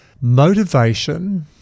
Motivation